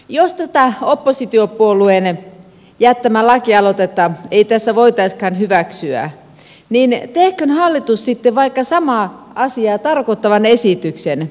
jos tätä oppositiopuolueen jättämää lakialoitetta ei tässä voitaisikaan hyväksyä niin tehköön hallitus sitten vaikka samaa asiaa tarkoittavan esityksen